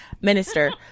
minister